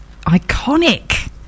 iconic